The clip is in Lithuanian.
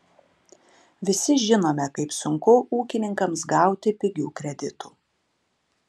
visi žinome kaip sunku ūkininkams gauti pigių kreditų